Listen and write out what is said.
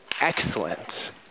excellent